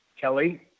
Kelly